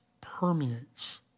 permeates